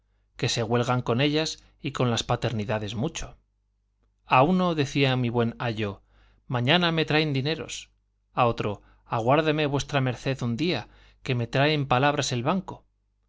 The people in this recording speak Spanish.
que se huelgan con ellas y con las paternidades mucho a uno decía mi buen ayo mañana me traen dineros a otro aguárdeme v md un día que me trae en palabras el banco